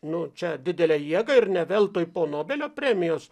nu čia didelę jėgą ir ne veltui po nobelio premijos